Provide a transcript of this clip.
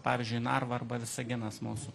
pavyzdžiui narva arba visaginas mūsų